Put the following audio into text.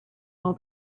all